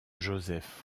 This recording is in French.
joseph